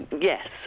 Yes